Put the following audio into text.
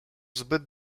zbyt